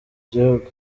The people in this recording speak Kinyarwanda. gihugu